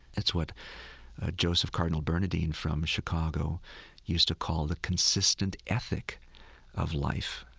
that's what joseph cardinal bernardin from chicago used to call the consistent ethic of life.